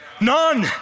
None